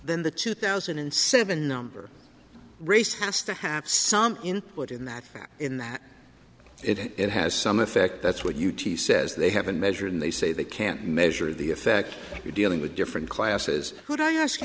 than the two thousand and seven number race has to have some input in that in that it has some effect that's what you t says they haven't measured and they say they can't measure the effect if you're dealing with different classes could i ask